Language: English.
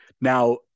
Now